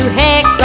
hex